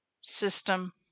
system